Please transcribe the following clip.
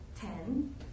ten